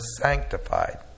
sanctified